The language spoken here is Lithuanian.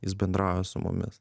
jis bendrauja su mumis